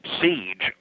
siege